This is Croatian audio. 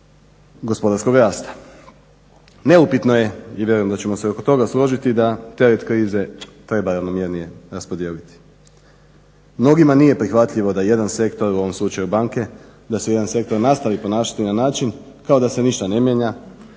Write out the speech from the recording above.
gospodarskog rasta. Neupitno je, i vjerujem da ćemo se i oko toga složiti, da teret krize treba ravnomjernije raspodijeliti. Mnogima nije prihvatljivo da jedan sektor, u ovom slučaju banke, da se jedan sektor nastavi ponašati na način kao da se ništa ne mijenja